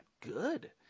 good